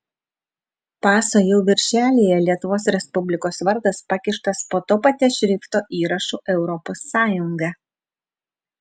paso jau viršelyje lietuvos respublikos vardas pakištas po to paties šrifto įrašu europos sąjunga